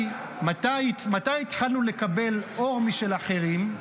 מתי התחלנו לקבל אור משל אחרים?